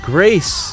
Grace